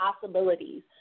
possibilities